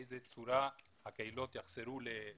באיזה צורה הקהילות יחזרו לפעילות,